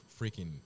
freaking